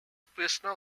personal